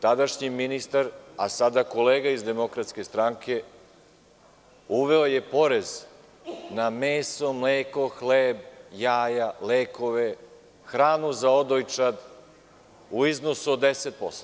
Tadašnji ministar, a sada kolega iz DS, uveo je porez na meso, mleko, hleb, jaja, lekove, hranu za odojčad u iznosu od 10%